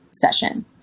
session